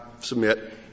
submit